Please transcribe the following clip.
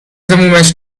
تمومش